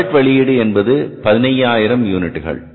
budget வெளியீடு என்பது 15000 யூனிட்டுகள்